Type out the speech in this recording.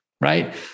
right